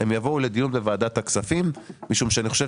הם יבואו לדיון בוועדת הכספים משום שאני חושב